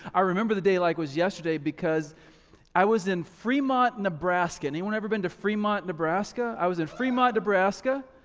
i remember the day like it was yesterday because i was in fremont, nebraska. anyone ever been to fremont nebraska? i was in fremont, nebraska.